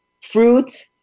fruits